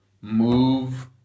move